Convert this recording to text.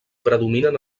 predominen